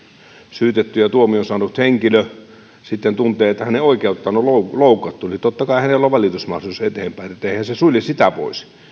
syytetty ja tuomion saanut henkilö sitten tuntee että hänen oikeuttaan on loukattu niin totta kai hänellä on valitusmahdollisuus eteenpäin niin että eihän se sulje sitä pois